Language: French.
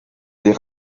des